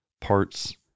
parts